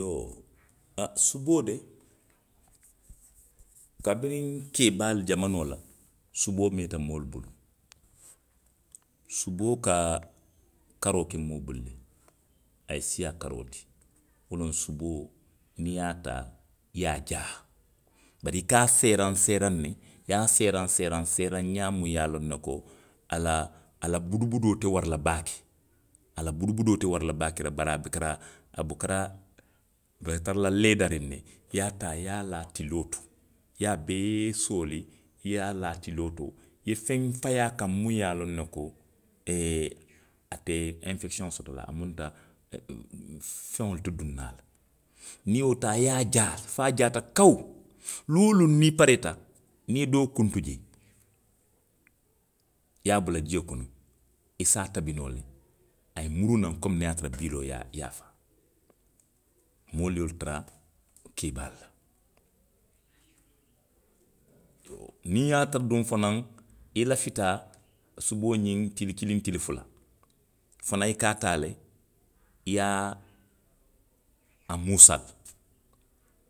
Iyoo. a, suboo de. kabiriŋ keebaalu jamanoo la. suboo meeta moolu bulu. Suboo ka karoo ke moo bulu le. A ye siiyaa karoo ti. Wo loŋ suboo, niŋ i ye a taa. i ye a jaa. Bari i ka a seeraŋ seeraŋ ne, i ye a seeraŋ, seeraŋ seeraŋ ňaa muŋ ye a loŋ ne ko a la, a la budubudoo te wara la baake, a la budubudoo te wara la baake reki, bari a bukara. a bukara, a be tara la leedariŋ ne, i ye a taa i ye a laa tiloo to. i ye a bee sooli, i ye a laa tiloo to, i ye feŋ fayi a kaŋ muŋ ye a loŋ ne ko ate enfekisiyowo soto la; a munta e, fu, fu feŋolu te duŋ na a la. niŋ i ye wo taa i ye a jaa, fo a jaata kawu, luŋ woo luŋ niŋ i pareeta, niŋ i ye doo kuntu jee. i ye a bula jio kono. i se a tabi noo le. a ye muruunaŋ komi niŋ a ye a tara bii loŋ i ye a, i ye a faa. moolu ye wo le tara keebaalu la. Iyoo, niŋ ye a tara duŋ fanaŋ i lafita suboo ňiŋ tili kiliŋ, tili fula. wo fanaŋ i ka a taa le; i ye a, a muusali